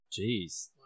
Jeez